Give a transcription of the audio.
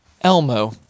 Elmo